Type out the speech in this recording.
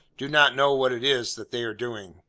do not know what it is that they are doing.